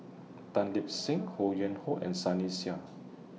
Tan Lip Seng Ho Yuen Hoe and Sunny Sia